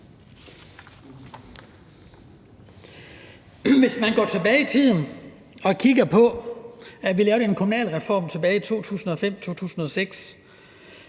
Hvis vi går tilbage i tiden og kigger på, da vi lavede en kommunalreform tilbage i 2005-2006,